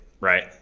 right